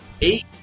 eight